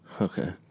okay